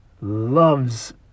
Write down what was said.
loves